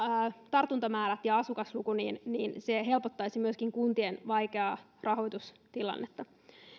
tartuntamäärät ja asukasluku niin niin se helpottaisi myöskin kuntien vaikeaa rahoitustilannetta